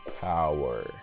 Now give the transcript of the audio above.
power